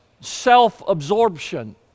self-absorption